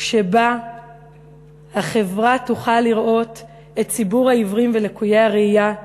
שבה החברה תוכל לראות את ציבור העיוורים ולקויי הראייה כשווים,